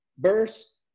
verse